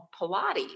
Pilates